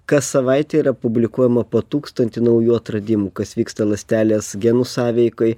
kas savaitę yra publikuojama po tūkstantį naujų atradimų kas vyksta ląstelės genų sąveikoj